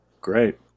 Great